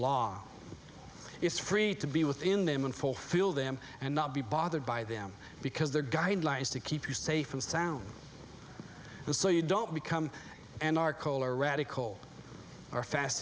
law it's free to be within them and fulfill them and not be bothered by them because their guideline is to keep you safe and sound so you don't become and are color radical our fast